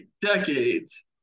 decades